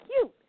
cute